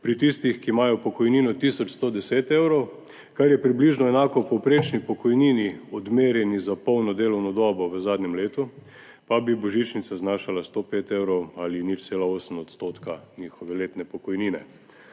Pri tistih, ki imajo pokojnino tisoč 110 evrov, kar je približno enako povprečni pokojnini, odmerjeni za polno delovno dobo v zadnjem letu, pa bi božičnica znašala 105 evrov ali 0,8 odstotka njihove letne pokojnine.